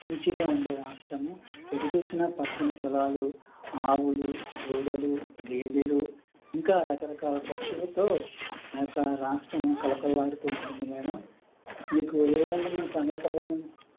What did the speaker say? మంచిగా ఉండే రాష్ట్రము ఎటు చూసిన పచ్చని పొలాలు ఆవులు దూడలు గేదేలు ఇంకా రకరకాల పక్షులతో ఆ యొక్క రాష్ట్రము కళకళలాడుతూ ఉంటుంది మ్యాడం మీకు ఏ విధంగా నేను సహాయ పడగలను